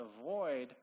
avoid